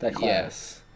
Yes